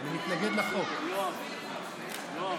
אני רוצה